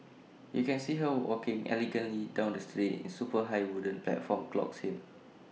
you can see her walking elegantly down the street in super high wooden platform clogs here